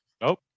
Nope